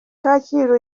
kacyiru